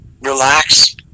relax